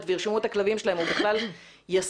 וירשמו את הכלבים שלהם הוא בכלל ישים?